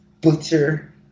butcher